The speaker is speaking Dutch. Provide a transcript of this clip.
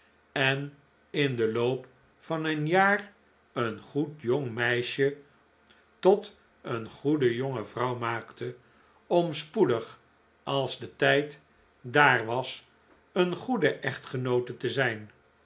en in den loop van een jaar een goed jong meisje tot een goede jonge vrouw maakte om spoedig als de tijd daar was een goede echtgenoote te zijn